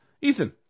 Ethan